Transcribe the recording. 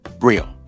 real